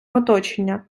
оточення